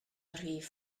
rhif